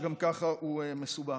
שגם ככה הוא מסובך.